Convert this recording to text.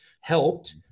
helped